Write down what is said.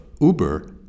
Uber